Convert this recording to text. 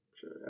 Sure